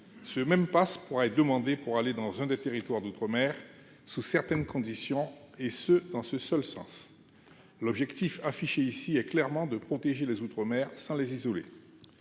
Ce même passe pourrait être demandé pour se rendre dans un des territoires d'outre-mer, sous certaines conditions et dans ce seul but. L'objectif affiché est clairement de protéger les outre-mer sans les isoler.